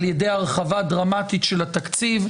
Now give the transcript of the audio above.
על ידי הרחבה דרמטית של התקציב,